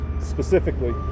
specifically